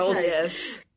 Yes